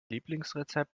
lieblingsrezept